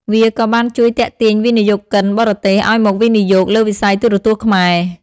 វាក៏បានជួយទាក់ទាញវិនិយោគិនបរទេសឱ្យមកវិនិយោគលើវិស័យទូរទស្សន៍ខ្មែរ។